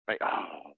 Right